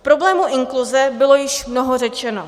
K problému inkluze bylo již mnoho řečeno.